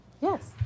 Yes